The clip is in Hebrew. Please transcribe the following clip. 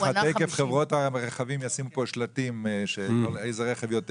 תיכף חברות הרכבים ישימו פה שלטים לאיזה רכב יש